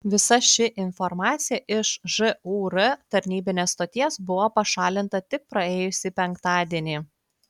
visa ši informacija iš žūr tarnybinės stoties buvo pašalinta tik praėjusį penktadienį